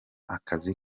akazi